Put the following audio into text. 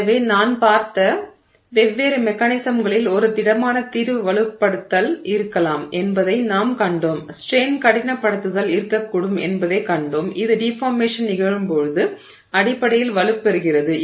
எனவே நாம் பார்த்த வெவ்வேறு மெக்கானிசம்களில் ஒரு திடமான தீர்வு வலுப்படுத்துதல் இருக்கலாம் என்பதை நாம் கண்டோம் ஸ்ட்ரெய்ன் கடினப்படுத்துதல் இருக்கக்கூடும் என்பதைக் கண்டோம் இது டிஃபார்மேஷன் நிகழும்போது அடிப்படையில் வலுப்பெறுகிறது